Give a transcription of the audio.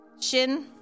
Shin